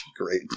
Great